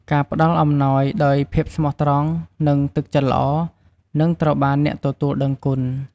ការផ្តល់អំណោយដោយភាពស្មោះត្រង់ និងទឹកចិត្តល្អ នឹងត្រូវបានអ្នកទទួលដឹងគុណ។